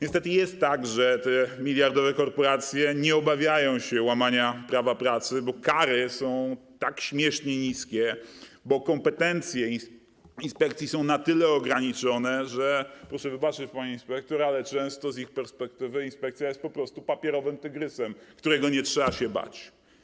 Niestety jest tak, że te miliardowe korporacje nie obawiają się łamania prawa pracy, bo kary są śmiesznie niskie, bo kompetencje inspekcji są na tyle ograniczone, że, proszę wybaczyć, pani inspektor, często z ich perspektywy inspekcja jest po prostu papierowym tygrysem, którego nie trzeba się bać.